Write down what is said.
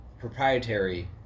proprietary